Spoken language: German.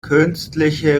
künstliche